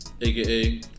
AKA